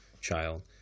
child